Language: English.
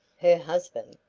her husband?